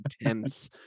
intense